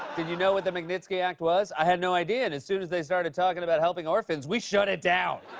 did you know what the magnitsky act was? i had no idea, and as soon as they started talking about helping orphans, we shut it down.